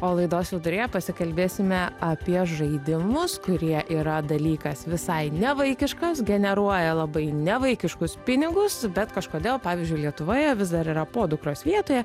o laidos viduryje pasikalbėsime apie žaidimus kurie yra dalykas visai ne vaikiškas generuoja labai ne vaikiškus pinigus bet kažkodėl pavyzdžiui lietuvoje vis dar yra podukros vietoje